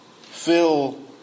fill